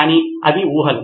కాని అవి ఊహలు